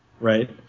Right